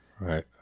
Right